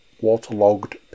Waterlogged